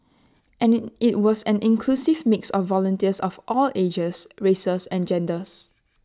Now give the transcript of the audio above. and IT was an inclusive mix of volunteers of all ages races and genders